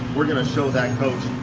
we're gonna show that and coach.